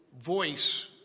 voice